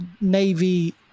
navy